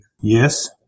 Yes